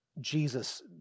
Jesus